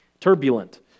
turbulent